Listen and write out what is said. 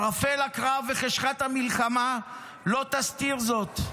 ערפל הקרב וחשכת המלחמה לא יסתירו זאת.